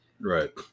Right